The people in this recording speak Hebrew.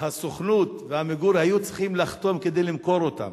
הסוכנות ו"עמיגור" היו צריכים לחתום כדי למכור אותן.